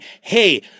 hey